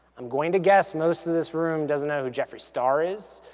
i'm going to guess most of this room doesn't know who jeffree star is,